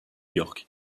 york